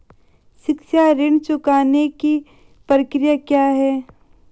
शिक्षा ऋण चुकाने की प्रक्रिया क्या है?